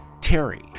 terry